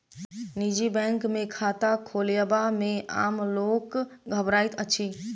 निजी बैंक मे खाता खोलयबा मे आम लोक घबराइत अछि